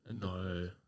No